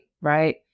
right